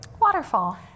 Waterfall